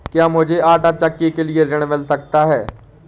क्या मूझे आंटा चक्की के लिए ऋण मिल सकता है?